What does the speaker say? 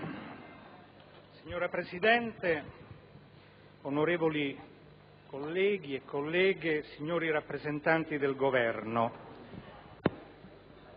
Signor Presidente, onorevoli colleghe e colleghi, signori rappresentanti del Governo,